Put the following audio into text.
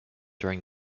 during